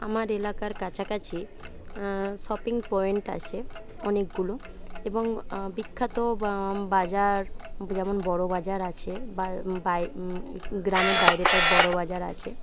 আমার এলাকার কাছাকাছি শপিং পয়েন্ট আছে অনেকগুলো এবং বিখ্যাত বাজার যেমন বড়ো বাজার আছে বা বায় গ্রামের বাইরেটায় বড়ো বাজার আছে